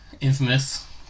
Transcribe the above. Infamous